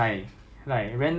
err laksa